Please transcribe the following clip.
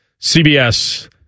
CBS